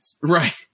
right